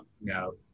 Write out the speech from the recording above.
no